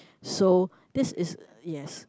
so this is yes